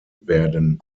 werden